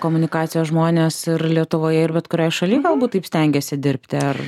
komunikacijos žmonės ir lietuvoje ir bet kurioj šaly galbūt taip stengiasi dirbti ar